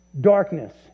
darkness